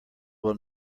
will